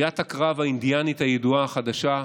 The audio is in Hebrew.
קריאת הקרב האינדיאנית הידועה החדשה,